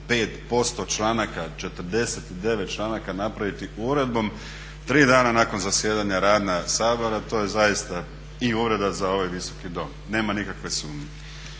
25% članaka, 49 članaka napraviti uredbom 3 dana nakon zasjedanja rada Sabora to je zaista i uvreda za ovaj Visoki dom, nema nikakve sumnje.